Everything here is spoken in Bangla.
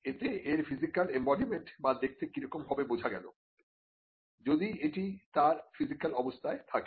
এতে এর ফিজিক্যাল এম্বডিমেন্ট বা দেখতে কিরকম হবে বোঝা গেল যদি এটি তার ফিজিক্যাল অবস্থায় থাকে